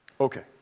Okay